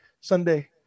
Sunday